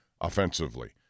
offensively